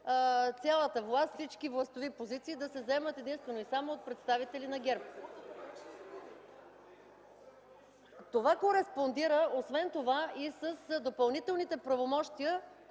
цялата власт, всички властови позиции да се заемат единствено и само от представители на ГЕРБ. Това кореспондира и с допълнителните правомощия,